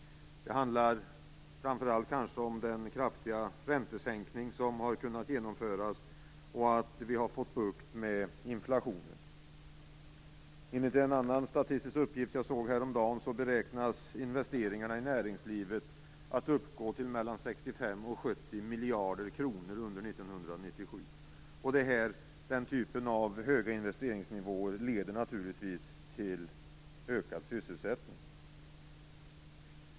Det handlar framför allt kanske om den kraftiga räntesänkning som har kunnat genomföras, och att vi har fått bukt med inflationen. Enligt en annan statistisk uppgift jag såg häromdagen beräknas investeringarna i näringslivet uppgå till mellan 65 och 70 miljarder kronor under 1997. Den typen av höga investeringsnivåer leder naturligtvis till ökad sysselsättning.